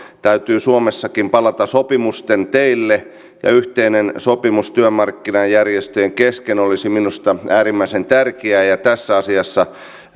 täytyy suomessakin palata sopimusten teille yhteinen sopimus työmarkkinajärjestöjen kesken olisi minusta äärimmäisen tärkeää tässä asiassa